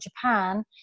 Japan